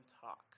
talk